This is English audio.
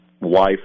wife